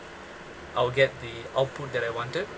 I will get the output that I wanted